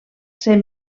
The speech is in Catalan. ser